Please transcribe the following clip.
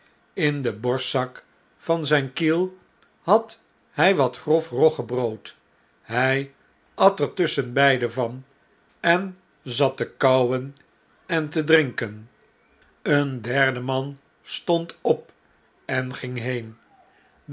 in den borstzak van zjjn kiel had hn wat grof roggebrood hij at er in londen en parijs tusschenbeide van en zat te kauwen en te drin ken een derde man stond op en ging heen